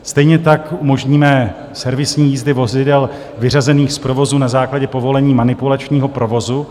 Stejně tak umožníme servisní jízdy vozidel vyřazených z provozu na základě povolení manipulačního provozu.